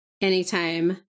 Anytime